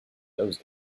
those